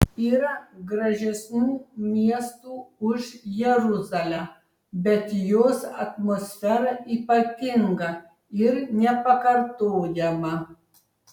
yra gražesnių miestų už jeruzalę bet jos atmosfera ypatinga ir nepakartojama